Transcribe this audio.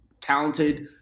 talented